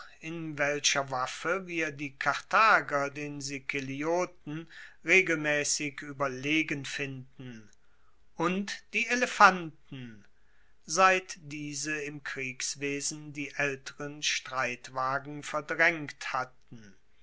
in welcher waffe wir die karthager den sikelioten regelmaessig ueberlegen finden und die elefanten seit diese im kriegswesen die aelteren streitwagen verdraengt hatten